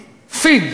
פיד.